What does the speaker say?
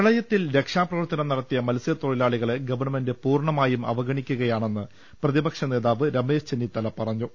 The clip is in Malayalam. പ്രളയത്തിൽ രക്ഷാ പ്രവർത്തനം നടത്തിയ മത്സൃത്തൊഴിലാളികളെ ഗവൺമെന്റ് പൂർണമായും അവഗണിക്കുകയാണെന്ന് പ്രതിപക്ഷ നേതാവ് രമേശ് ചെന്നിത്തല പറഞ്ഞു